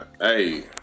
hey